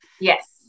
yes